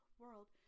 world